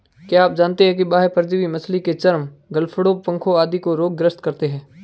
क्या आप जानते है बाह्य परजीवी मछली के चर्म, गलफड़ों, पंखों आदि को रोग ग्रस्त करते हैं?